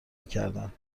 میکردم